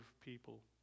people